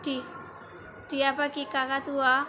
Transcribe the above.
টিয়পাখি কাকতুয়া